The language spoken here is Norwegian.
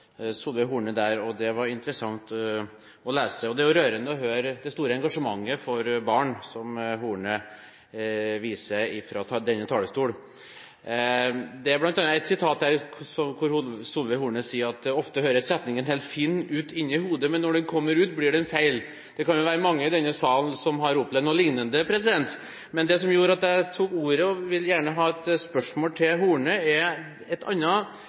Solveig Horne som var interessant å lese. Og det er jo rørende å høre det store engasjementet for barn som Horne viser fra denne talerstolen. Det er i intervjuet bl.a. et sitat, der Solveig Horne sier: «Ofte høres setningen helt fin ut inne i hodet, men når den kommer ut blir den feil.» Det kan jo være mange i denne salen som har opplevd noe lignende. Men det som gjorde at jeg tok ordet, og som jeg gjerne vil stille et spørsmål om, er et